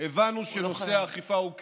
הבנו שנושא האכיפה הוא קריטי,